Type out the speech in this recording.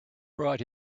brought